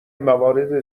موارد